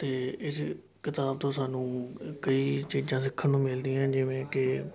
ਅਤੇ ਇਸ ਕਿਤਾਬ ਤੋਂ ਸਾਨੂੰ ਕਈ ਚੀਜ਼ਾਂ ਸਿੱਖਣ ਨੂੰ ਮਿਲਦੀਆਂ ਜਿਵੇਂ ਕਿ